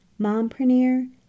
mompreneur